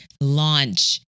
launch